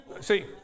See